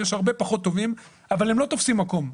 יש הרבה פחות טובים אבל הם לא תופסים מקום.